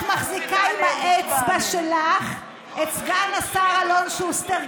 את מחזיקה עם האצבע שלך את סגן השר אלון שוסטר.